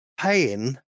paying